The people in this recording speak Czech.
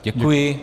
Děkuji.